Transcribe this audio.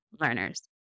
learners